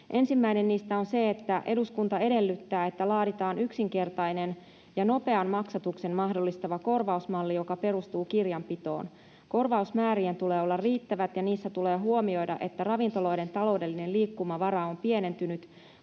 Ensimmäinen niistä on: ”Eduskunta edellyttää, että laaditaan yksinkertainen ja nopean maksatuksen mahdollistava korvausmalli, joka perustuu kirjanpitoon. Korvausmäärien tulee olla riittävät, ja niissä tulee huomioida, että ravintoloiden taloudellinen liikkumavara on pienentynyt,